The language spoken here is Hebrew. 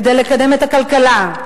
כדי לקדם את הכלכלה.